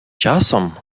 часом